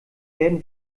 werden